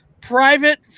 private